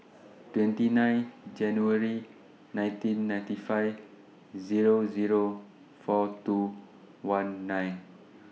twenty nine January nineteen ninety five Zero Zero four two one nine